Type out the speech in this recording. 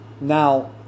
now